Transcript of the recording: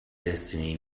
destiny